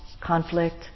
conflict